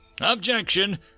Objection